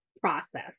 process